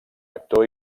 actor